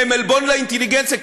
הם עלבון לאינטליגנציה,